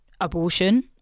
abortion